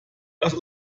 lass